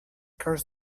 curse